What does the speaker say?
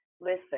Listen